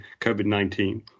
COVID-19